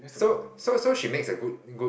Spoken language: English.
so so so she makes a good good